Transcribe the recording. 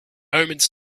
omens